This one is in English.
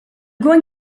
going